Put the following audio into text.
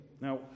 Now